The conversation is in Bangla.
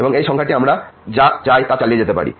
এবং এই সংখ্যাটি আমরা যা চাই তা চালিয়ে যেতে পারি